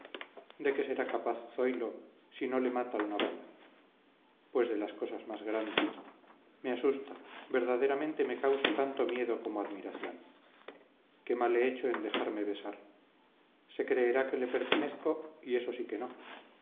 de qué será capaz zoilo si no le mata una bala pues de las cosas más grandes me asusta verdaderamente me causa tanto miedo como admiración qué mal he hecho en dejarme besar se creerá que le pertenezco y eso sí que no